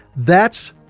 that's